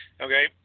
Okay